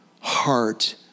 heart